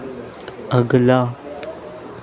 अगला